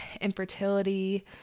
infertility